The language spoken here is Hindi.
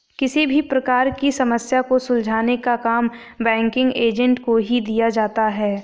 किसी भी प्रकार की समस्या को सुलझाने का काम बैंकिंग एजेंट को ही दिया जाता है